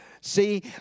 See